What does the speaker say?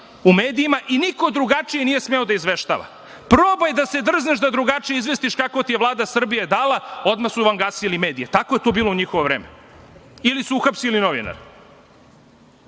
u medijima i niko drugačije nije smeo da izveštava. Probaj da se drzneš da drugačije izvestiš kako ti je Vlada Srbije dala, odmah su vam gasili medije. Tako je to bilo u njihovo vreme ili su uhapsili novinara. Prema